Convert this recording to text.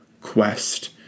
quest